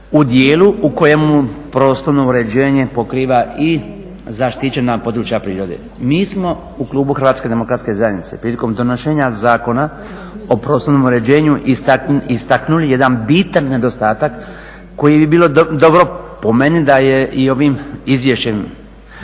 u dijelu u kojemu prostorno uređenje pokriva i zaštićena područja prirode. Mi smo u klub HDZ-a prilikom donošenja Zakona o prostornom uređenju istaknuli jedan bitan nedostatak koji bi bilo dobro po meni da je i ovim izvješćem